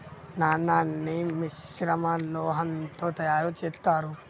నాణాన్ని మిశ్రమ లోహంతో తయారు చేత్తారు